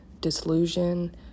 Disillusion